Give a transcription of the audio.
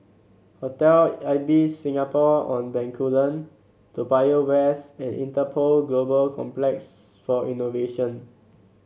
Hotel Ibis Singapore On Bencoolen Toa Payoh West and Interpol Global Complex for Innovation